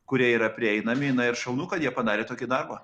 kurie yra prieinami na ir šaunu kad jie padarė tokį darbą